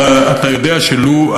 אתה יודע שלו,